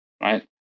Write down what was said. right